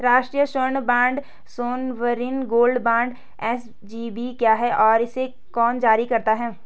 राष्ट्रिक स्वर्ण bond sovereign gold bond SGB क्या है और इसे कौन जारी करता है?